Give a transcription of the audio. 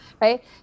right